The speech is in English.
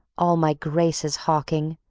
all my graces hawking,